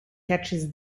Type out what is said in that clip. catches